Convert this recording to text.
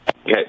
okay